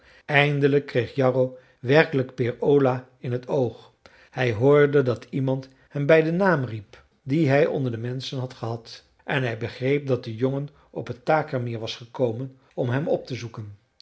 eindelijk kreeg jarro werkelijk peer ola in het oog hij hoorde dat iemand hem bij den naam riep dien hij onder de menschen had gehad en hij begreep dat de jongen op het takermeer was gekomen om hem op te zoeken